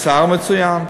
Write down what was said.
שר מצוין.